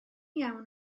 iawn